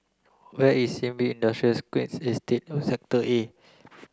where is Sin Ming Industrial Estate of Sector A